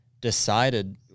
decided